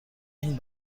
این